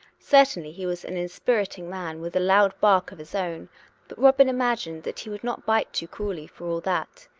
certainly he was an inspiriting man with a loud bark of his own but robin imagined that he would not bite too cruelly for all that.